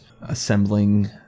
assembling